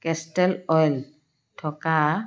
castor oil থকা